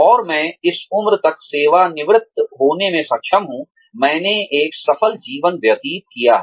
और मैं इस उम्र तक सेवानिवृत्त होने में सक्षम हूं मैंने एक सफल जीवन व्यतीत किया है